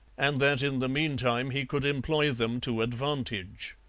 and that in the meantime he could employ them to advantage.